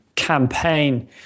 campaign